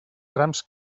trams